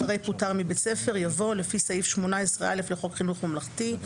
אחרי "פוטר מבית ספר" יבוא "לפי סעיף 18א לחוק חינוך ממלכתי,